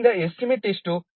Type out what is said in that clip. ಆದ್ದರಿಂದ ಎಸ್ಟಿಮೇಟ್ ಎಷ್ಟು